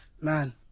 man